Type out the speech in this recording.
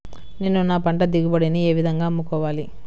నేను నా పంట దిగుబడిని ఏ విధంగా అమ్ముకోవాలి?